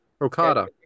Okada